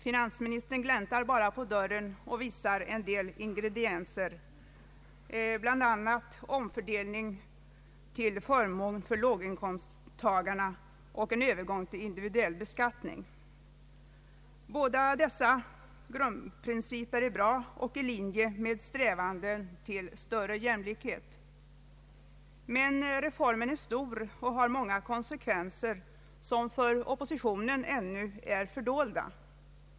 Finansministern gläntar bara på dörren och visar en del ingredienser, bl.a. en omfördelning till förmån för låginkomsttagarna och en övergång till individuell beskattning. Båda dessa grundprinciper är bra och i linje med strävande till större jämlikhet. Men reformen är stor och har många konsekvenser, som för oppositionen ännu är fördolda.